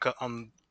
on